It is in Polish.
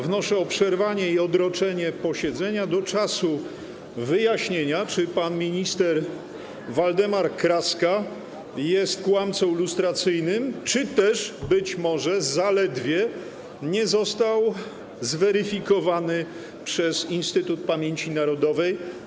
Wnoszę o przerwanie i odroczenie posiedzenia do czasu wyjaśnienia, czy pan minister Waldemar Kraska jest kłamcą lustracyjnym czy też być może zaledwie nie został zweryfikowany przez Instytut Pamięci Narodowej.